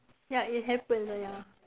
ya it happens ah ya